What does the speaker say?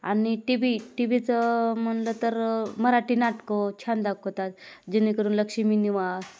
आणि T V टी वीचं म्हटलं तर मराठी नाटकं छान दाखवतात जेणेकरून लक्ष्मी निवास